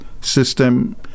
system